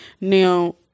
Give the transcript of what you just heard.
Now